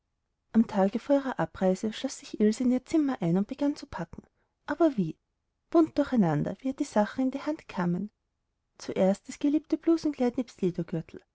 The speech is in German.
am tage vor ihrer abreise schloß sich ilse in ihr zimmer ein und begann zu packen aber wie bunt durcheinander wie ihr die sachen in die hand kamen zuerst das geliebte blusenkleid nebst